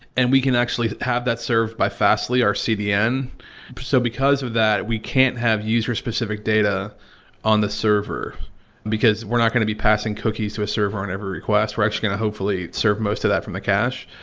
and we can actually have that serve by fastly our cdn so because of that, we can't have user specific data on the server because we're not going to be passing cookies to a server on every request. we're actually going to hopefully serve most of that from the cache.